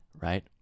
right